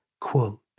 quote